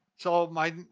so my,